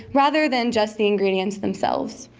rather than just the ingredients themselves.